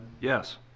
Yes